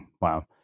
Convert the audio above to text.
Wow